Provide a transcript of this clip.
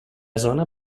zona